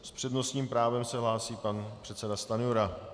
S přednostním právem se hlásí pan předseda Stanjura.